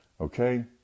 Okay